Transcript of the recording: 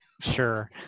Sure